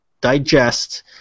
digest